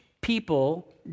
people